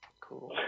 Cool